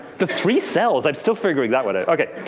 the three cells. i'm still figuring that one out. ok,